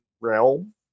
Realm